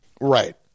Right